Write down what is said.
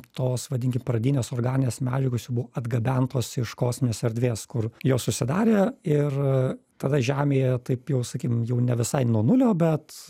tos vadinkim pradines organinės medžiagos jau buvo atgabentos iš kosminės erdvės kur jos susidarė ir tada žemėje taip jau sakykim jau ne visai nuo nulio bet